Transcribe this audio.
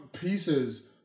pieces